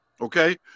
okay